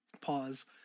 Pause